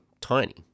tiny